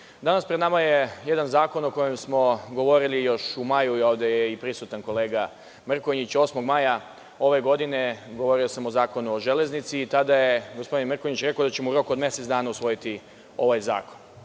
danas pred nama je jedan zakon o kojem smo govorili još u maju, i ovde je prisutan kolega Mrkonjić. Osmog maja ove godine govorio sam o Zakonu o železnici i tada je gospodin Mrkonjić rekao da ćemo u roku od mesec dana usvojiti ovaj zakon.